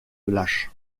lâche